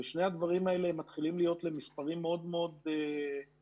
בשני הדברים האלה מתחילים להיות להם מספרים מאוד מאוד משמעותיים.